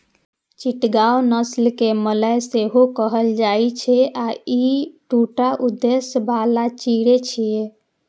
चिटगांव नस्ल कें मलय सेहो कहल जाइ छै आ ई दूटा उद्देश्य बला चिड़ै छियै